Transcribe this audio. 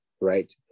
right